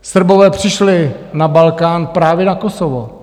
Srbové přišli na Balkán právě na Kosovo.